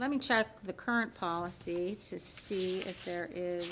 let me check the current policy see if there is